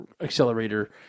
accelerator